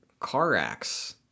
Carax